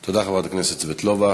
תודה, חברת הכנסת סבטלובה.